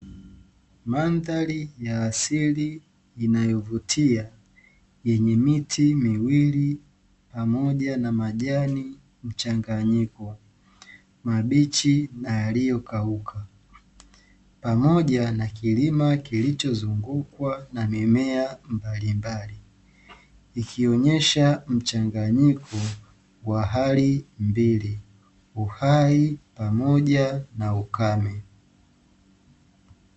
Mandhari ya asili inayovutia yenye miti miwili na moja na majani mchanganyiko. Mabichi na yaliyokauka. Pamoja na kilima kilichozungukwa na mimea mbalimbali. Ikionyesha mchanganyiko wa hali mbili, uhai pamoja na ukame.